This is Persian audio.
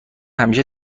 همیشه